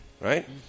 Right